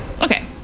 Okay